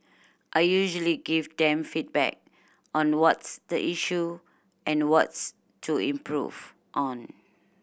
I usually give them feedback on what's the issue and what's to improve on